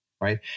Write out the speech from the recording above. right